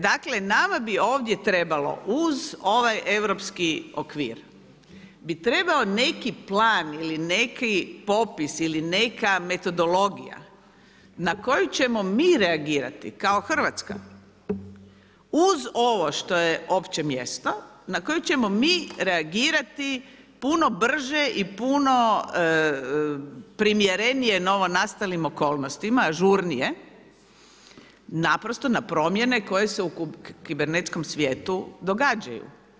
Dakle nama bi ovdje trebalo uz ovaj europski okvir, bi trebao neki plan ili neki popis ili neka metodologija na koju ćemo mi reagirati kao Hrvatska uz ovo što je opće mjesto na koje ćemo mi reagirati puno brže i puno primjerenije novonastalim okolnostima, ažurnije, naprosto na promjene koje se u kibernetskom svijetu događaju.